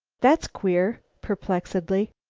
that's queer, perplexedly.